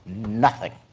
nothing.